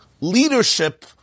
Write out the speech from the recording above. Leadership